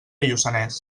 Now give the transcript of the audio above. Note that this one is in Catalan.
lluçanès